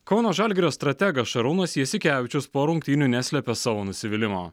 kauno žalgirio strategas šarūnas jasikevičius po rungtynių neslėpė savo nusivylimo